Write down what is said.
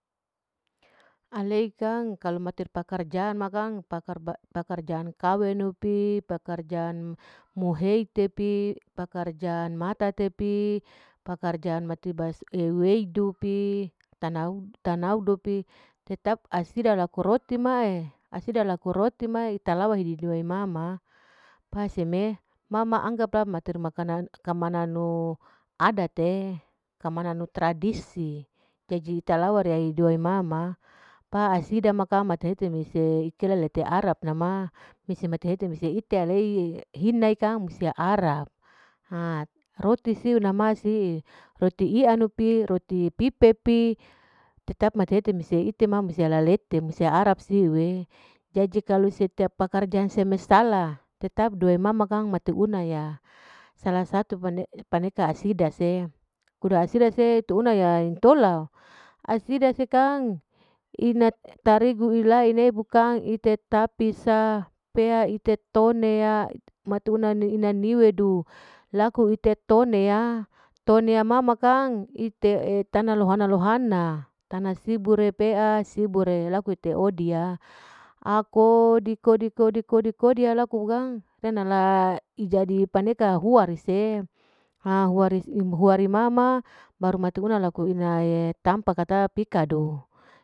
Alei pasti kang kalau mater pekerjaang kang pakar-pakar pekerjaan kawenu pi, pekerjaan mohete pi, pekerjaan matate pi, pekerjaan matebasu-aiweidu pi tanau-tanaudu pi tetap asida laku roti mae, asida laku roti mae italawa hidi mama pa seme mama anggaplah mater makanan mananun adat'e kamanu tradisi jadi ite lawar wai mama, pa asida kang mate hese mese, itela ite arab na ma, mise mati hete mese alaihina musia arab, ha roti siu, roti iyanu pi, roti pipe pi, tetap mati hete mise ite ma muse ala lette arab siu'e, jadi kalu setiap pekerjaan seme sala tetap due mama kang punaya, sala satu paneka asida se, kasida se uda asida se punaya intola, asida se kang ina tarigu ilaene bukang teta pi sa pea iter tonea mati una ina niwedu, laku iter tonia, tonia mama kang tana lohana lohana tana serubu ropea serubu ure laku ite odiya, au ko di kodi kodi kodi kodi, paneka hua rise hahua himama mate una laku ina tama ma pikadu.